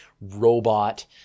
robot